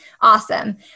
Awesome